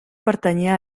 pertanyia